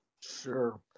Sure